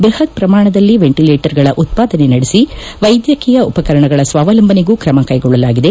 ಬೃಪತ್ ಪ್ರಮಾಣದಲ್ಲಿ ವೆಂಟಲೇಟರ್ಗಳ ಉತ್ಪಾದನೆ ನಡೆಸಿ ವೈದ್ಯಕೀಯ ಉಪಕರಣಗಳ ಸ್ವಾವಲಂಬನೆಗೂ ಕ್ರಮ ಕೈಗೊಳ್ಳಲಾಗಿದೆ